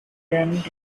earned